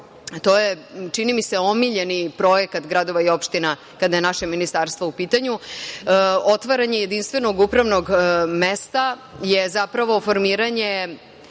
To je, čini mi se, omiljeni projekat gradova i opština kada je naše Ministarstvo u pitanju. Otvaranje jedinstvenog upravnog mesta je zapravo formiranje